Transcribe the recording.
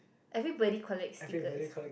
everybody collects stickers